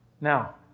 Now